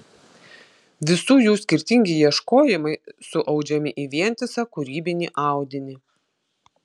visų jų skirtingi ieškojimai suaudžiami į vientisą kūrybinį audinį